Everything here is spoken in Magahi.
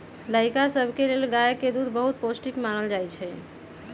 लइका सभके लेल गाय के दूध बहुते पौष्टिक मानल जाइ छइ